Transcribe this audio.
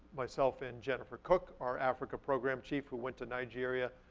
myself and jennifer cook, our africa program chief, who went to nigeria,